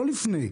לא לפני.